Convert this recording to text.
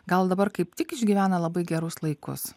gal dabar kaip tik išgyvena labai gerus laikus